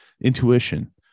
Intuition